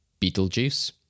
Beetlejuice